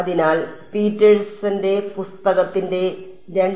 അതിനാൽ പീറ്റേഴ്സന്റെ പുസ്തകത്തിന്റെ 2